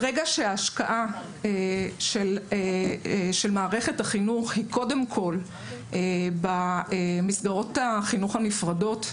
ברגע שההשקעה של מערכת החינוך היא קודם כל במסגרות החינוך הנפרדות,